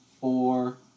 four